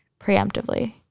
preemptively